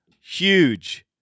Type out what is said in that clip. huge